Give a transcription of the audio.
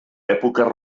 època